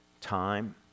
time